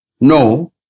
No